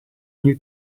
new